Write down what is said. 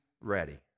ready